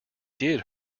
did